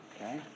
okay